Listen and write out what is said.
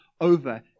over